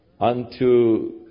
unto